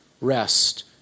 rest